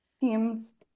teams